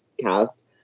cast